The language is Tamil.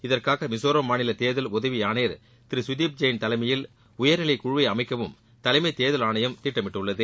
இதற்காக மிசோராம் மாநில தேர்தல் உதவி ஆணையர் திரு சுதீப் ஜெயின் தலைமையில் உயர்நிலை குழுவை அமைக்கவும் தலைமை தேர்தல் ஆணையம் திட்டமிட்டுள்ளது